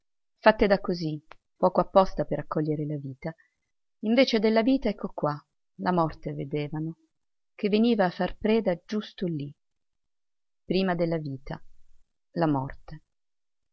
fatte da così poco apposta per accogliere la vita invece della vita ecco qua la morte vedevano che veniva a far preda giusto lì prima della vita la morte